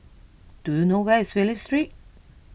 do you know where is Phillip Street